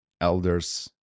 elders